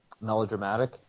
melodramatic